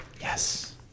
Yes